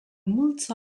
multzo